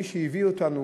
מי שהביא אותנו,